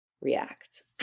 react